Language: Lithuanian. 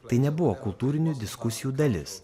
tai nebuvo kultūrinių diskusijų dalis